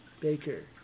Baker